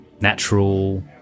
natural